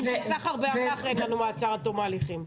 של סחר באמל"ח אין לנו מעצר עד תום ההליכים.